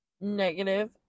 negative